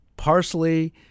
Parsley